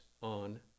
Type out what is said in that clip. on